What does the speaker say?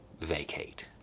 vacate